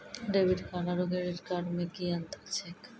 Debit card आरू credit card मे कि अन्तर छैक?